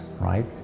right